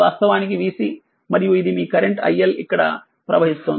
ఇది వాస్తవానికి vC మరియుఇది మీకరెంట్ ILఇక్కడ ప్రవహిస్తోంది